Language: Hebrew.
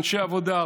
אנשי עבודה,